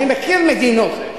אני מכיר מדינות,